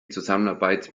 zusammenarbeit